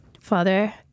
Father